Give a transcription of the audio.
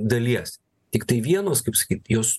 dalies tiktai vienos kaip sakyt jos